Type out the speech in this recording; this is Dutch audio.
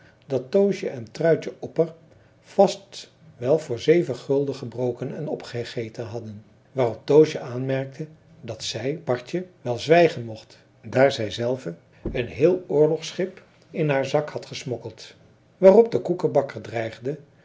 dat toosje en truitje opper vast wel voor zeven gulden gebroken en opgegeten hadden waarop toosje aanmerkte dat zij bartje wel zwijgen mocht daar zij zelve een heel oorlogschip in haar zak had gesmokkeld waarop de koekebakker dreigde